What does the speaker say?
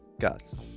Gus